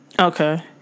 Okay